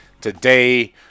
today